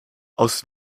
aus